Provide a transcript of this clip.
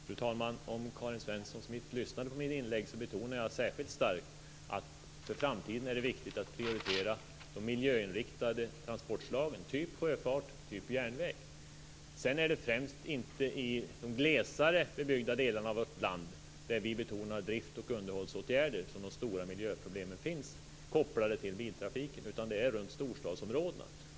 Fru talman! Jag betonade särskilt starkt i mitt inlägg, Karin Svensson Smith, att för framtiden är det viktigt att prioritera de miljöinriktade transportslagen, t.ex. sjöfart och järnväg. Det är inte främst i de glesare bebyggda delarna av vårt land där vi betonar att drift och underhållsåtgärder som miljöproblem är kopplade till biltrafiken utan det är runt storstadsområdena.